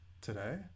today